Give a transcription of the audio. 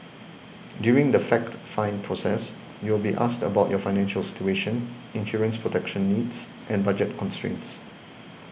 during the fact find process you will be asked about your financial situation insurance protection needs and budget constraints